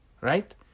Right